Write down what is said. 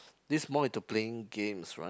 this more into playing games right